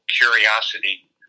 curiosity